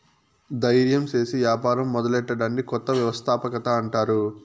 దయిర్యం సేసి యాపారం మొదలెట్టడాన్ని కొత్త వ్యవస్థాపకత అంటారు